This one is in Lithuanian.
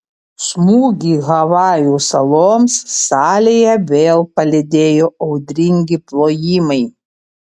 smūgį havajų saloms salėje vėl palydėjo audringi plojimai